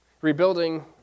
Rebuilding